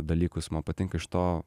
dalykus man patinka iš to